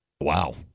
Wow